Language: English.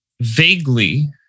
vaguely